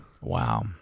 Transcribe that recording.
Wow